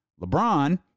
LeBron